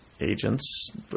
agents